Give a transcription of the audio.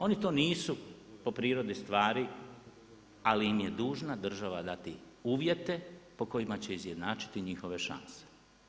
Oni to nisu po prirodi stvari, ali im je dužna država dati uvjete po kojima će izjednačiti njihove šanse.